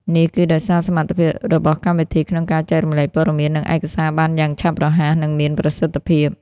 នេះគឺដោយសារសមត្ថភាពរបស់កម្មវិធីក្នុងការចែករំលែកព័ត៌មាន និងឯកសារបានយ៉ាងឆាប់រហ័ស និងមានប្រសិទ្ធភាព។